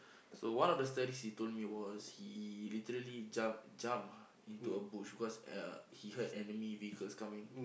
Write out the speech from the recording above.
so one of the stories he told me was he literally jump jump into a bush because uh he heard enemy vehicles coming